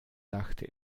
dachte